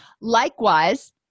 Likewise